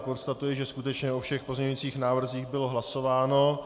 Konstatuji, že skutečně o všech pozměňujících návrzích bylo hlasováno.